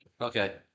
Okay